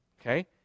okay